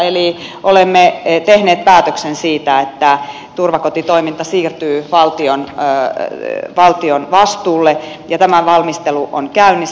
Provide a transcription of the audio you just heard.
eli olemme tehneet päätöksen siitä että turvakotitoiminta siirtyy valtion vastuulle ja tämän valmistelu on käynnissä